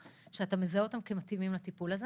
שאתה מזהה אותם כמתאימים לטיפול הזה